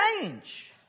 change